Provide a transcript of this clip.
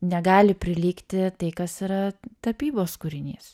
negali prilygti tai kas yra tapybos kūrinys